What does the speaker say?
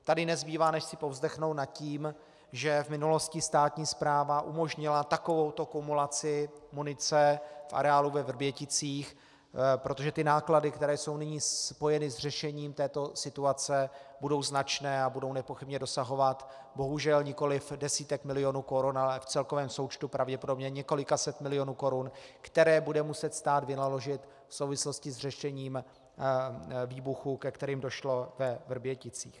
Tady nezbývá než si povzdechnout nad tím, že v minulosti státní správa umožnila takovouto kumulaci munice v areálu ve Vrběticích, protože náklady, které jsou nyní spojeny s řešením této situace, budou značné a budou nepochybně dosahovat bohužel nikoliv desítek milionů korun, ale v celkovém součtu pravděpodobně několika set milionů korun, které bude muset stát vynaložit v souvislosti s řešením výbuchů, ke kterým došlo ve Vrběticích.